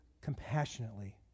compassionately